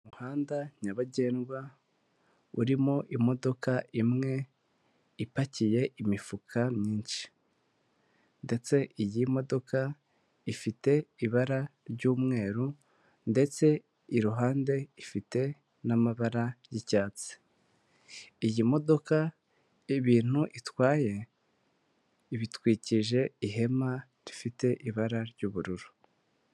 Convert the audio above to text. Umuhanda nyabagendwa urimo imodoka imwe ipakiye imifuka myinshi ndetse iyi modoka ifite ibara ry'umweru ndetse iruhande ifite n'amabara y'icyatsi. Iyi modoka ibintu itwaye, ibitwikije ihema rifite ibara ry'ubururu.